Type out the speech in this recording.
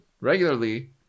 regularly